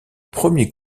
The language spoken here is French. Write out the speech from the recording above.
premier